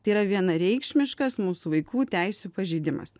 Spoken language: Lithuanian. tai yra vienareikšmiškas mūsų vaikų teisių pažeidimas